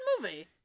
movie